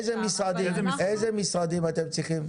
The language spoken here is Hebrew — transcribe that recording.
איזה משרדים אתם צריכים?